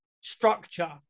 structure